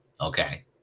Okay